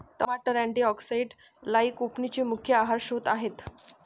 टमाटर अँटीऑक्सिडेंट्स लाइकोपीनचे मुख्य आहार स्त्रोत आहेत